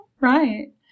Right